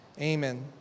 Amen